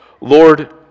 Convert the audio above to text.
Lord